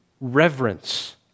reverence